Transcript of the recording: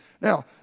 Now